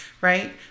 Right